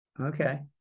Okay